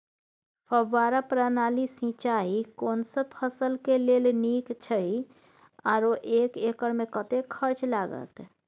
फब्बारा प्रणाली सिंचाई कोनसब फसल के लेल नीक अछि आरो एक एकर मे कतेक खर्च लागत?